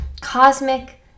cosmic